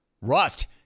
Rust